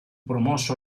promosso